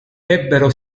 ebbero